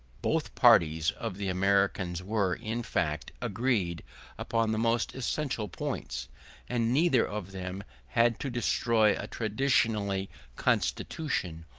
both parties of the americans were, in fact, agreed upon the most essential points and neither of them had to destroy a traditionary constitution,